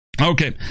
Okay